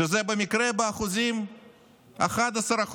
שזה במקרה באחוזים 11%,